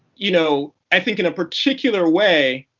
you know i think in a particular way,